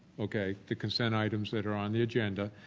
okay? the consent items that are on the agenda.